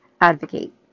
advocate